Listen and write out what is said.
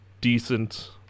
decent